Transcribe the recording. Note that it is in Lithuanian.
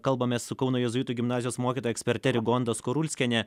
kalbame su kauno jėzuitų gimnazijos mokytoja eksperte rigonda skurulskiene